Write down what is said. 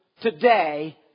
today